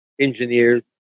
engineers